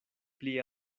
pli